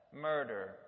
murder